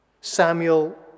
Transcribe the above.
Samuel